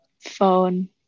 phone